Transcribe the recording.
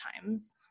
times